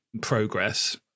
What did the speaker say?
progress